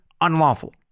unlawful